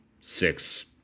six